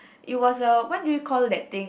it was a what do you call that thing